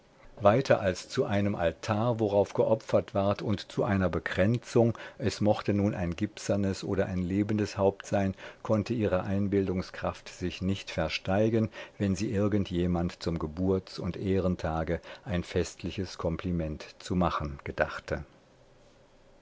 weiter als zu einem altar worauf geopfert ward und zu einer bekränzung es mochte nun ein gipsernes oder ein lebendes haupt sein konnte ihre einbildungskraft sich nicht versteigen wenn sie irgend jemand zum geburts und ehrentage ein festliches kompliment zu machen gedachte